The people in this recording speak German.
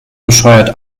bescheuert